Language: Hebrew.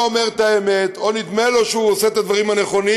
אומר את האמת או שנדמה לו שהוא עושה את הדברים הנכונים,